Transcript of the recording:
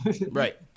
Right